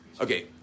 Okay